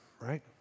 right